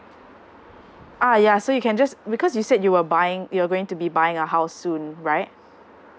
ah ya so you can just because you said you were buying you're going to be buying a house soon right